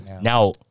Now